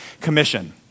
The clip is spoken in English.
Commission